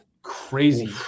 Crazy